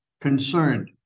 concerned